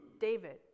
david